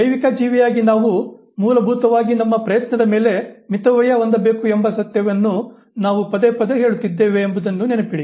ಜೈವಿಕ ಜೀವಿಯಾಗಿ ನಾವು ಮೂಲಭೂತವಾಗಿ ನಮ್ಮ ಪ್ರಯತ್ನದ ಮೇಲೆ ಮಿತವ್ಯಯ ಹೊಂದಬೇಕು ಎಂಬ ಸತ್ಯವನ್ನು ನಾವು ಪದೇ ಪದೇ ಹೇಳುತ್ತಿದ್ದೇವೆ ಎಂಬುದನ್ನು ನೆನಪಿಡಿ